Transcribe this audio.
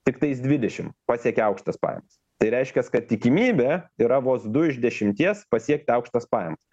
tiktais dvidešim pasiekia aukštas pajamas tai reiškias kad tikimybė yra vos du iš dešimties pasiekt aukštas pajamas